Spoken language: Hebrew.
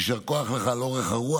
יישר כוח לך על אורך הרוח.